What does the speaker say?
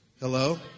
Hello